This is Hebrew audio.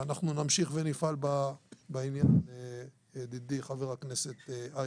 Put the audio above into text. ואנחנו נמשיך ונפעל בעניין, ידידי חה"כ אייכלר.